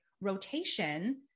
rotation